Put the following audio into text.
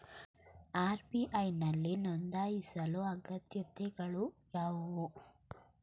RBI ನಲ್ಲಿ ನೊಂದಾಯಿಸಲು ಅಗತ್ಯತೆಗಳು ಯಾವುವು?